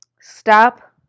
Stop